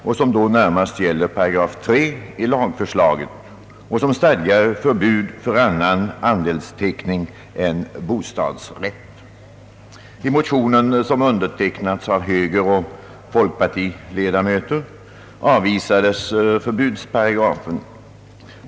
Den gäller närmast 3 § i lagförslaget, vilken stadgar förbud för annan andelsteckning än för bostadsrätt. I de motioner som undertecknats av högeroch folkpartiledamöter avvisades förbudsparagrafen.